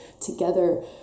together